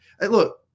look